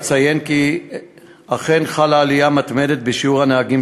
אציין כי אכן חלה עלייה מתמדת בשיעור הנהגים